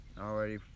already